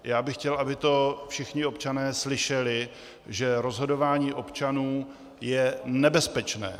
Já bych chtěl, aby to všichni občané slyšeli, že rozhodování občanů je nebezpečné.